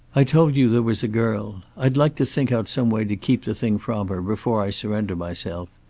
i told you there was a girl. i'd like to think out some way to keep the thing from her, before i surrender myself.